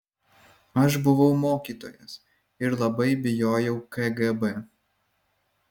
aš buvau mokytojas ir labai bijojau kgb